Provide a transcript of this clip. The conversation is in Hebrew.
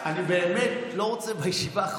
אני באמת לא רוצה להוציא אנשים בישיבה האחרונה.